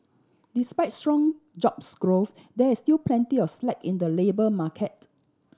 despite strong jobs growth there is still plenty of slack in the labour market